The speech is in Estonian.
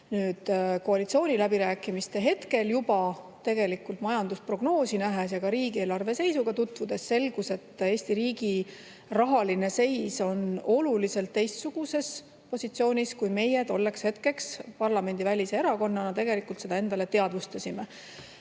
Koalitsiooniläbirääkimiste [ajal] majandusprognoosi nähes ja riigieelarve seisuga tutvudes selgus, et Eesti riigi rahaline seis on oluliselt teistsuguses positsioonis, kui meie tolleks hetkeks parlamendivälise erakonnana seda endale teadvustasime.